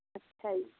ਅੱਛਾ ਜੀ